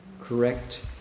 correct